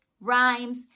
rhymes